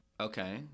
Okay